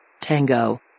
Tango